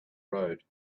road